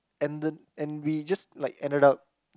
ended and we just like ended up